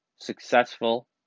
successful